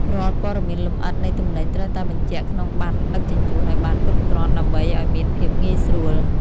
រាល់ព័ត៌មានលម្អិតនៃទំនិញត្រូវតែបញ្ជាក់ក្នុងប័ណ្ណដឹកជញ្ជូនឱ្យបានគ្រប់គ្រាន់ដើម្បីឱ្យមានភាពងាយស្រួល។